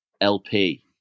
LP